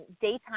daytime